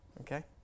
Okay